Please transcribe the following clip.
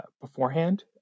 beforehand